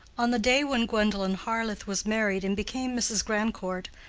on the day when gwendolen harleth was married and became mrs. grandcourt,